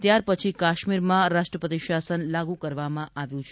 ત્યારપછી કાશ્મીરમાં રાષ્ટ્રપતિ શાસન લાગુ કરવામાં આવ્યું છે